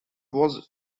was